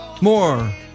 More